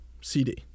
CD